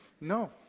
No